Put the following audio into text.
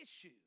issue